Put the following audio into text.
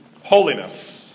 Holiness